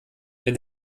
wenn